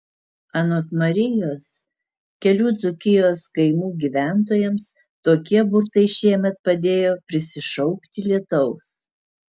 anot marijos kelių dzūkijos kaimų gyventojams tokie burtai šiemet padėjo prisišaukti lietaus